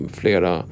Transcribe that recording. flera